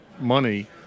money